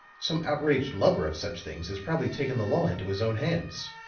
some outraged lover of such things has probably taken the law into his own hands.